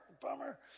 Bummer